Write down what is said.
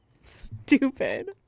Stupid